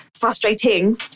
frustrating